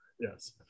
yes